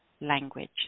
language